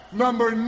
number